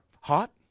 Hot